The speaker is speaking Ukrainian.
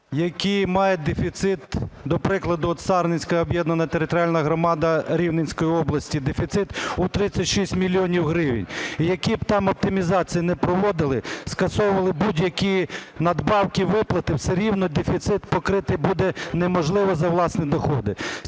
які мають дефіцит, до прикладу: от Сарненська об'єднана територіальна громада Рівненської області – дефіцит у 36 мільйонів гривень. І які б там оптимізації не проводили, скасовували будь-які надбавки і виплати, все рівно дефіцит покрити буде неможливо за власні доходи.